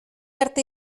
arte